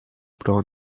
brown